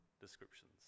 descriptions